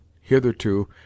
Hitherto